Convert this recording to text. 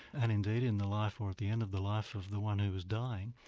and indeed in the life, or at the end of the life of the one who is dying,